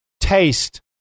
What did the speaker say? taste